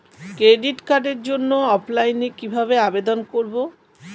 Credit কার্ডের জন্য অফলাইনে কিভাবে আবেদন করব?